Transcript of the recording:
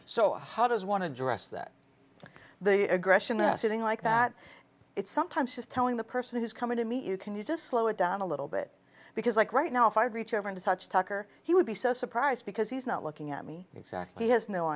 so how does one address that the aggression that sitting like that it's sometimes just telling the person who's coming to me you can you just slow it down a little bit because like right now if i reach over and touch tucker he would be so surprised because he's not looking at me exactly has no